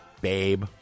babe